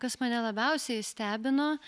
kas mane labiausiai stebino